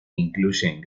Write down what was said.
incluyen